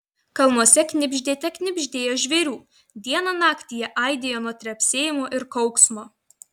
kalnuose knibždėte knibždėjo žvėrių dieną naktį jie aidėjo nuo trepsėjimo ir kauksmo